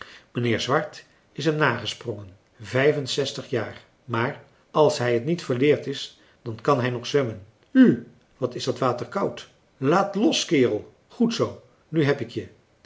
mijnheer swart is hem nagesprongen vijf en zestig jaar maar als hij het niet verleerd is dan kan hij nog zwemmen uuh wat is dat water koud laat los kerel goed zoo nu heb ik je